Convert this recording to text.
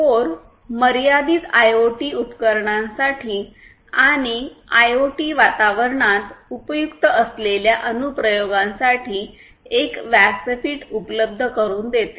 core मर्यादित IoT उपकरणांसाठी आणि आयओटी वातावरणात उपयुक्त असलेल्या अनुप्रयोगांसाठी एक व्यासपीठ उपलब्ध करुन देते